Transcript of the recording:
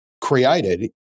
created